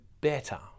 better